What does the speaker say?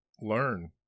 learn